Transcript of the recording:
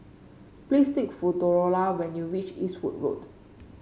please take for Delora when you reach Eastwood Road